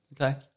Okay